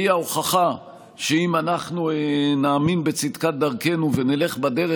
והיא ההוכחה שאם אנחנו נאמין בצדקת דרכנו ונלך בדרך